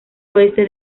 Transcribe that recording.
oeste